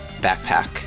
backpack